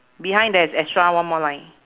behind there's extra one more line